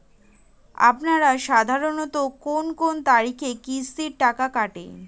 আপনারা সাধারণত কোন কোন তারিখে কিস্তির টাকা কাটে?